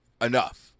Enough